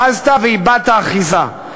אחזת ואיבדת אחיזה.